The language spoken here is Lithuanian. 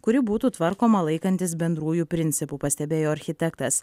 kuri būtų tvarkoma laikantis bendrųjų principų pastebėjo architektas